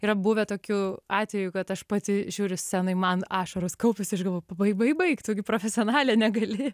yra buvę tokių atvejų kad aš pati žiūriu scenoj man ašaros kaupiasi aš galvoju baik baik baik tu gi profesionalė negali